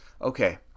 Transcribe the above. okay